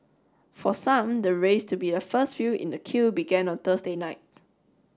for some the race to be the first few in the queue began on Thursday night